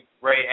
Ray